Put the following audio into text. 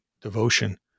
devotion